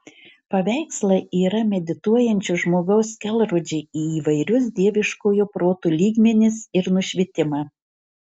paveikslai yra medituojančio žmogaus kelrodžiai į įvairius dieviškojo proto lygmenis ir nušvitimą